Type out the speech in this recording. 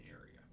area